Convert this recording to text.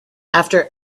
after